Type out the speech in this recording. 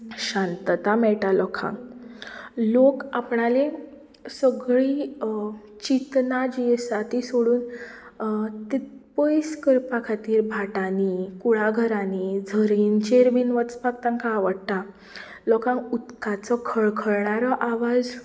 शांतता मेळटा लोकांक लोक आपणाले सगळीं चिंतना जीं आसात तीं सोडून तीं पयस करपा खातीर भाटांनी कुळाघरांनी झरींचेर बी वचपाक तांकां आवडटा लोकांक उदकाचो कळकळार आवाज